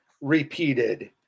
repeated